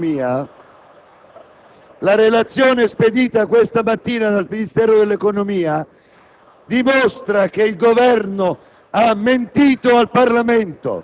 la relazione spedita questa mattina dal Ministero dell'economia...